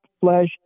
flesh